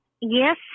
yes